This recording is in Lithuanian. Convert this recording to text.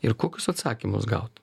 ir kokius atsakymus gavot